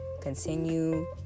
Continue